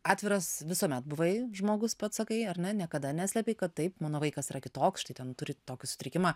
atviras visuomet buvai žmogus pats sakai ar ne niekada neslėpei kad taip mano vaikas yra kitoks štai ten turi tokį sutrikimą